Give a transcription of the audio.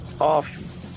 off